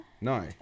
No